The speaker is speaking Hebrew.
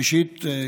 ראשית,